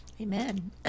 Amen